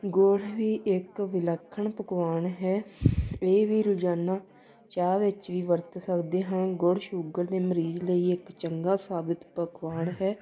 ਗੁੜ ਵੀ ਇੱਕ ਵਿਲੱਖਣ ਪਕਵਾਨ ਹੈ ਇਹ ਵੀ ਰੋਜ਼ਾਨਾ ਚਾਹ ਵਿੱਚ ਵੀ ਵਰਤ ਸਕਦੇ ਹਾਂ ਗੁੜ ਸ਼ੂਗਰ ਦੇ ਮਰੀਜ਼ ਲਈ ਇਕ ਚੰਗਾ ਸਾਬਤ ਪਕਵਾਨ ਹੈ